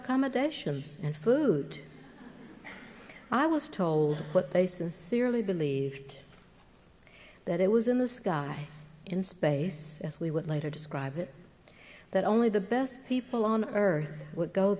accommodation and food i was told what they sincerely believed that it was in the sky in space as we would later describe it that only the best people on earth would go